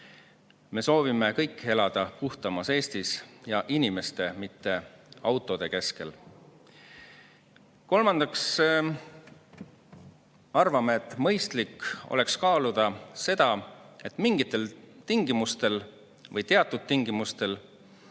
Me soovime kõik elada puhtamas Eestis ja inimeste, mitte autode keskel. Kolmandaks, me arvame, et mõistlik oleks kaaluda seda, et teatud tingimustel ei maksustataks